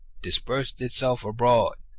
dispersed itself abroad,